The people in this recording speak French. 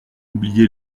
oublié